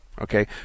Okay